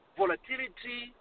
volatility